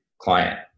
client